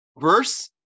verse